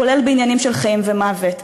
כולל בעניינים של חיים ומוות,